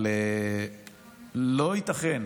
אבל לא ייתכן